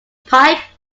pipe